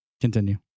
Continue